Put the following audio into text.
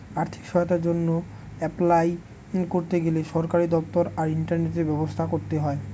আর্থিক সহায়তার জন্য অ্যাপলাই করতে গেলে সরকারি দপ্তর আর ইন্টারনেটের ব্যবস্থা করতে হয়